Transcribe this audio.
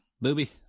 Booby